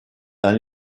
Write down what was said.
dans